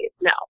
no